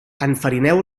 enfarineu